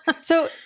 So-